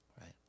right